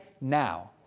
now